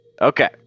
Okay